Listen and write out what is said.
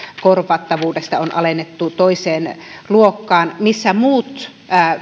korvattavuudesta alennettu toiseen luokkaan missä muut